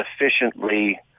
efficiently